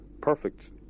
perfect